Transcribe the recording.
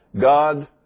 God